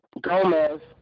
Gomez